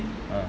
uh